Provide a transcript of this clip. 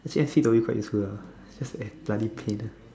actually actually quite useful lah just that bloody pain